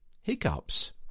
hiccups